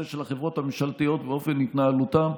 של החברות הממשלתיות ואופן התנהלותן.